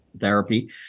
therapy